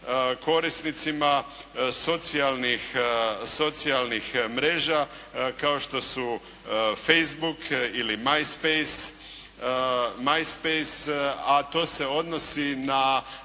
korisnicima socijalnih mreža kao što su face book ili my space, a to se odnosi na